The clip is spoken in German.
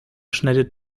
schneidet